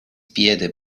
piede